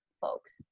folks